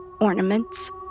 ornaments